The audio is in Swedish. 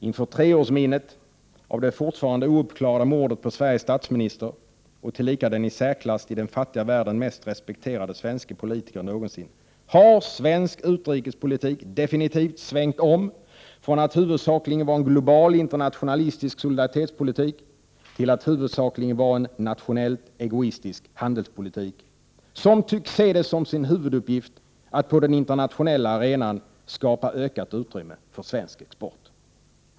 Inför treårsminnet av det fortfarande ouppklarade mordet på Sveriges statsminister, och tillika den mest respekterade svenske politikern någonsin i den fattiga världen, har svensk utrikespolitik definitivt svängt om från att huvudsakligen vara en global internationalistisk solidaritetspolitik till att huvudsakligen vara en nationellt egoistisk handelspolitik, som tycks ha som sin huvuduppgift att på den internationella arenan skapa ökat utrymme för svensk export.